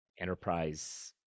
Enterprise